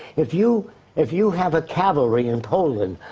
if you if you have a cavalry in poland.